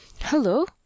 Hello